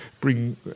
bring